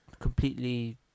completely